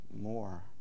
more